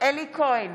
אלי כהן,